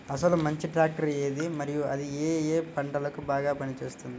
అసలు మంచి ట్రాక్టర్ ఏది మరియు అది ఏ ఏ పంటలకు బాగా పని చేస్తుంది?